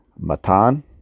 Matan